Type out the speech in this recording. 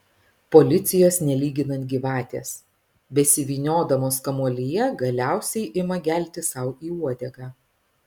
policijos nelyginant gyvatės besivyniodamos kamuolyje galiausiai ima gelti sau į uodegą